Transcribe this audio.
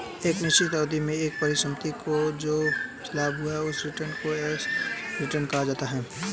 एक निश्चित अवधि में एक परिसंपत्ति को जो लाभ हुआ उस रिटर्न को एबसोल्यूट रिटर्न कहा जाता है